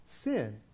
sin